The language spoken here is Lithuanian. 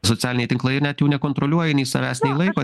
socialiniai tinklai net jų nekontroliuoja nei savęs nei laiko